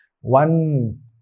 one